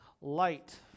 Light